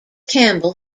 campbell